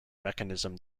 mechanism